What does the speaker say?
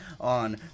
on